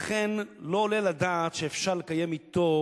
לכן לא עולה על הדעת שאפשר לקיים אתו